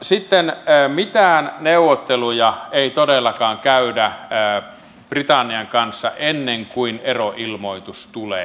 sitten mitään neuvotteluja ei todellakaan käydä britannian kanssa ennen kuin eroilmoitus tulee